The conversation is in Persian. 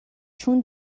چون